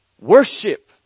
worship